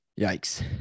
yikes